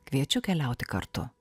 kviečiu keliauti kartu